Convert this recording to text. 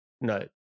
no